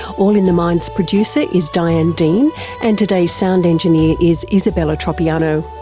all in the mind's producer is diane dean and today's sound engineer is isabella tropiano.